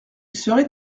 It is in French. serait